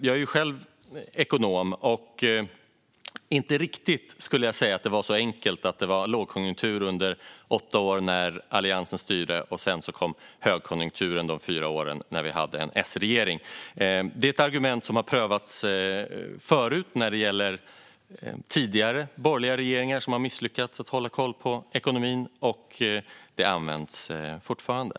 Jag är själv ekonom, och jag skulle inte riktigt säga att det var så enkelt som att det var lågkonjunktur under åtta år när Alliansen styrde, och sedan kom högkonjunkturen under fyra år med en S-regering. Det argumentet har prövats förut när det gäller tidigare borgerliga regeringar som har misslyckats med att hålla koll på ekonomin, och det används fortfarande.